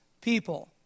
people